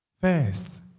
First